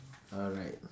alright